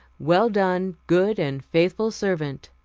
well done, good and faithful servant